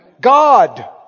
God